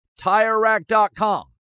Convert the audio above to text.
Tirerack.com